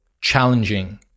challenging